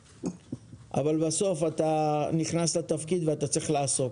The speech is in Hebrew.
אבל בסוף אתה נכנס לתפקיד ואתה צריך לעסוק.